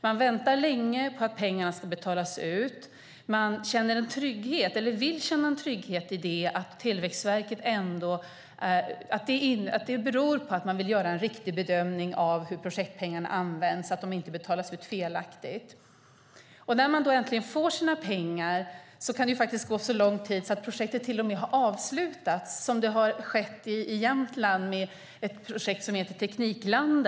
De väntar länge på att pengar betalas ut men vill känna en trygghet i att orsaken är att man vill göra en riktig bedömning av hur projektpengarna används så att de inte felaktigt betalas ut. När man äntligen får sina pengar kan det ha gått så lång tid att projektet till och med har avslutats. Det har skett i Jämtland med projektet Teknikland.